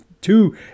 two